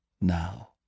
now